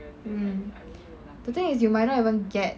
mm the thing is you might not even get